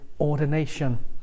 ordination